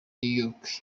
york